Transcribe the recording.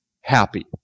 happy